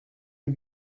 you